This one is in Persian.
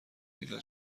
اینا